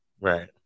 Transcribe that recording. right